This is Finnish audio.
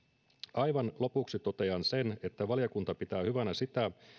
aivan lopuksi totean että valiokunta pitää hyvänä sitä